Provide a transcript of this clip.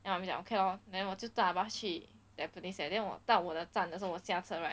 then 妈咪讲 okay lor then 我就搭 bus 去 tampines and then 我到我的站的时候我下车 right